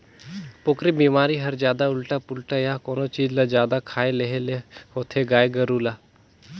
पोकरी बेमारी हर जादा उल्टा पुल्टा य कोनो चीज ल जादा खाए लेहे ले होथे गाय गोरु ल